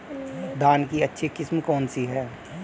धान की अच्छी किस्म कौन सी है?